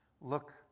Look